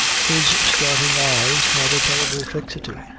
his starting eyes had a terrible fixity.